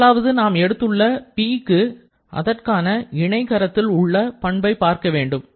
முதலாவது நாம் எடுத்துள்ள Pக்கு அதற்கான இணைகரத்தில் உள்ள பண்பை பார்க்கவேண்டும்